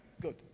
Good